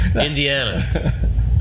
Indiana